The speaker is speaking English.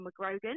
McGrogan